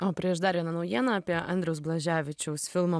o prieš dar vieną naujieną apie andriaus blaževičiaus filmo